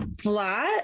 flat